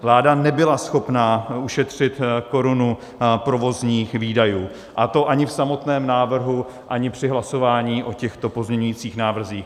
Vláda nebyla schopná ušetřit korunu provozních výdajů, a to ani v samotném návrhu, ani při hlasování o těchto pozměňujících návrzích.